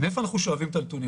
מאיפה אנחנו שואבים את הנתונים?